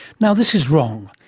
now, this is wrong.